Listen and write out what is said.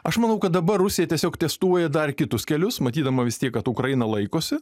aš manau kad dabar rusija tiesiog testuoja dar kitus kelius matydama vis tiek kad ukraina laikosi